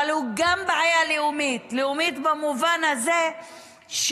אבל הוא גם בעיה לאומית, לאומית במובן הזה שערבים